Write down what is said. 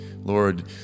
Lord